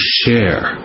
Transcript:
share